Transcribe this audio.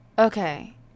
Okay